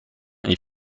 est